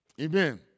Amen